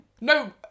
No